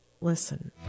Listen